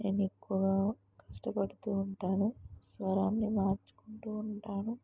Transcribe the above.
నేను ఎక్కువగా కష్టపడుతు ఉంటాను స్వరాన్ని మార్చుకుంటు ఉంటాను